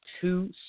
two